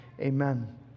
Amen